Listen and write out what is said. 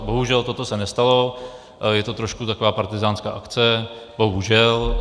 Bohužel toto se nestalo, je to trošku taková partyzánská akce bohužel.